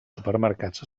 supermercats